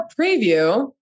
preview